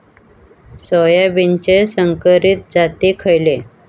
सोयाबीनचे संकरित जाती खयले?